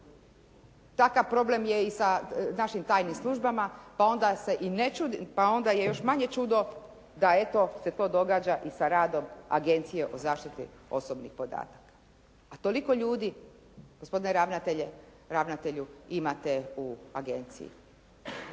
Takav problem je i sa našim tajnim službama, pa onda je još manje čudo da eto se to događa i sa radom Agencije o zaštiti osobnih podataka. A toliko ljudi gospodine ravnatelju imate u agenciji.